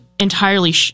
entirely